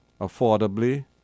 affordably